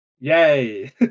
Yay